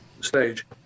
stage